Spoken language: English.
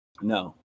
No